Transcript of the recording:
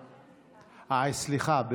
סליחה.